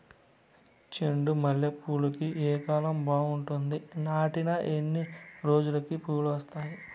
చెండు మల్లె పూలుకి ఏ కాలం బావుంటుంది? నాటిన ఎన్ని రోజులకు పూలు వస్తాయి?